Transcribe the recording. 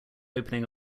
opening